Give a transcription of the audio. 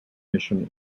mission